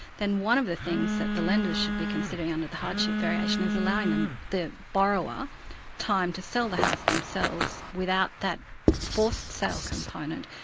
then one of the things that the lender should be considering under the hardship variation is allowing the borrower time to sell the house themselves without that forced sale component,